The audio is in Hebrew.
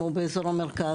כמו באזור המרכז,